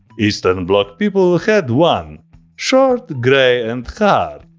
eastern bloc people had one short, gray and hard,